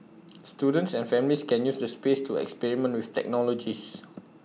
students and families can use the space to experiment with technologies